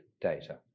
data